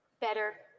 better